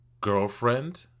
Girlfriend